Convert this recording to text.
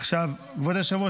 כבוד היושב-ראש,